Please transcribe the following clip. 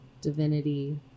divinity